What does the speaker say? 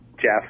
Jeff